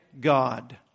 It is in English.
God